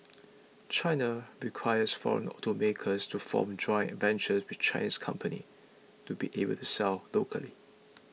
China requires foreign automakers to form joint ventures with Chinese companies to be able to sell locally